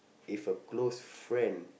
if a close friend